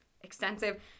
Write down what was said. extensive